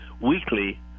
weekly